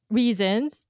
reasons